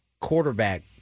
quarterback